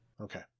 Okay